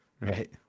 right